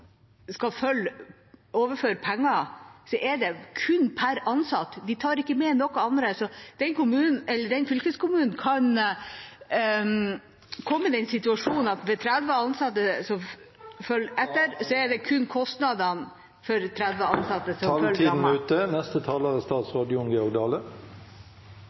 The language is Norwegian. skal overføre penger, er det kun per ansatt. De tar ikke med noe annet. Fylkeskommunen kan komme i den situasjonen at hvis 30 ansatte følger etter, er det kun kostnadene for de 30 ansatte som følger med. Når ein høyrer innlegget frå representanten Mossleth, er